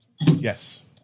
Yes